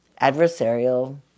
adversarial